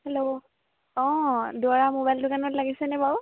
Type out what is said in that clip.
hello অঁ দুৱৰা mobile দোকানত লাগিছেনে বাাৰু